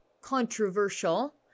controversial